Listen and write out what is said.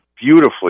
beautifully